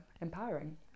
empowering